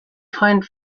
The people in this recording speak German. freund